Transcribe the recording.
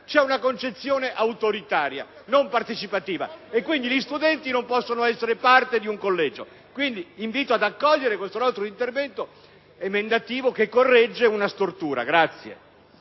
una concezione autoritaria e non partecipativa e quindi gli studenti non possono essere parte di un collegio. Invito dunque ad accogliere il nostro intervento emendativo che corregge una stortura.